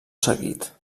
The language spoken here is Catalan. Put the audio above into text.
seguit